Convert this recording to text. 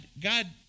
God